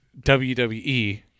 WWE